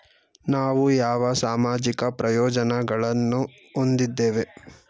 ನಾವು ಯಾವ ಸಾಮಾಜಿಕ ಪ್ರಯೋಜನಗಳನ್ನು ಹೊಂದಿದ್ದೇವೆ?